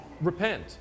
repent